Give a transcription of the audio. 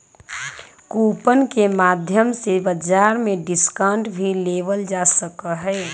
coupon के माध्यम से बाजार में डिस्काउंट भी लेबल जा सका हई